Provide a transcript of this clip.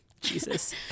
Jesus